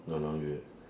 no longer